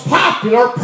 popular